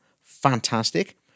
fantastic